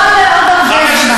לא לעוד הרבה זמן.